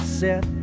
set